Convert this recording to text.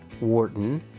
Wharton